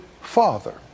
father